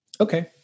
Okay